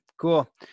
Cool